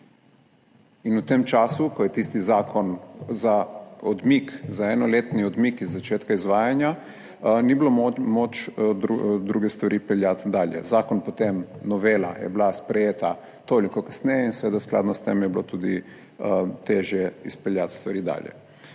In v tem času, ko je tisti zakon za odmik, za enoletni odmik iz začetka izvajanja ni bilo moč druge stvari peljati dalje. Zakon potem novela je bila sprejeta toliko kasneje in seveda skladno s tem je bilo tudi težje izpeljati stvari dalje.